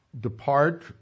depart